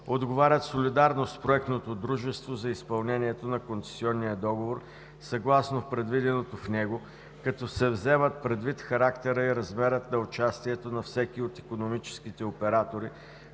отговарят солидарно с проектното дружество за изпълнението на концесионния договор съгласно предвиденото в него, като се вземат предвид характерът и размерът на участието на всеки от икономическите оператори